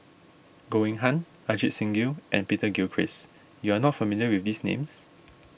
Goh Eng Han Ajit Singh Gill and Peter Gilchrist you are not familiar with these names